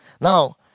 now